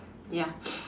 ya